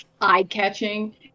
eye-catching